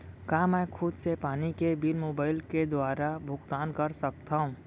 का मैं खुद से पानी के बिल मोबाईल के दुवारा भुगतान कर सकथव?